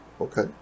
Okay